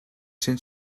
cent